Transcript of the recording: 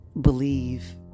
believe